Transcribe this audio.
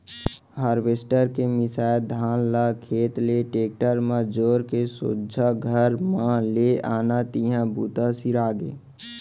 harvester के मिंसाए धान ल खेत ले टेक्टर म जोर के सोझ घर म ले आन तिहॉं बूता सिरागे